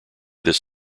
this